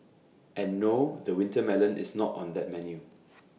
and no the winter melon is not on that menu